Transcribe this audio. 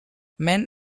men